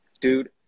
Dude